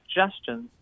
suggestions